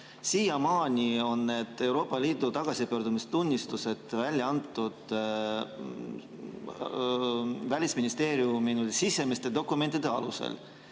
siiamaani on need Euroopa Liidu tagasipöördumistunnistused välja antud Välisministeeriumi sisemiste dokumentide alusel